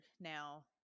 Now